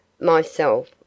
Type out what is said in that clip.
Myself